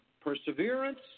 perseverance